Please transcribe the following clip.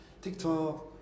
TikTok